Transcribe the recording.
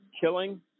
killing